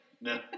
no